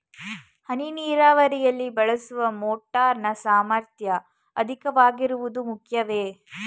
ಹನಿ ನೀರಾವರಿಯಲ್ಲಿ ಬಳಸುವ ಮೋಟಾರ್ ನ ಸಾಮರ್ಥ್ಯ ಅಧಿಕವಾಗಿರುವುದು ಮುಖ್ಯವೇ?